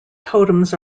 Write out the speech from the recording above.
totems